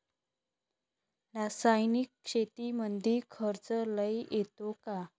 रासायनिक शेतीमंदी खर्च लई येतो का?